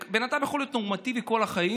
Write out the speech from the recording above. אדם באמת יכול להיות נורמטיבי כל החיים,